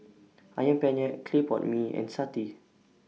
Ayam Penyet Clay Pot Mee and Satay